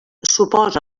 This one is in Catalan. suposa